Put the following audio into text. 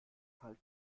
fall